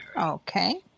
Okay